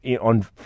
on